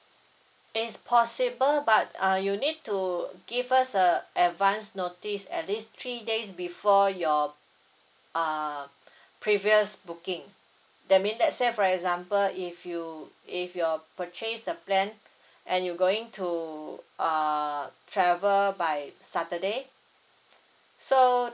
it's possible but uh you need to give us a advance notice at least three days before your uh previous booking that mean let's say for example if you if your purchase the plan and you going to uh travel by saturday so